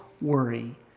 worry